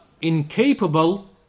incapable